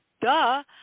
duh